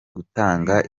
gutanga